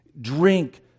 drink